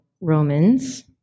Romans